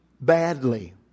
badly